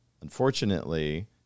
Unfortunately